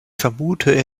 vermute